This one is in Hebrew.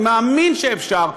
אני מאמין שאפשר.